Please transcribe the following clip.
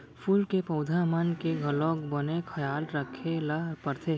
फूल के पउधा मन के घलौक बने खयाल राखे ल परथे